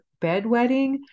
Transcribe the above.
bedwetting